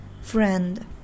friend